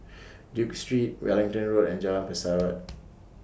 Duke Street Wellington Road and Jalan Pesawat